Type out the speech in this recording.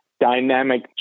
dynamic